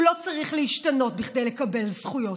הוא לא צריך להשתנות כדי לקבל זכויות.